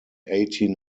eighteen